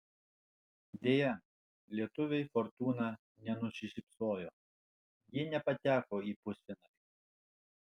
deja lietuvei fortūna nenusišypsojo ji nepateko į pusfinalį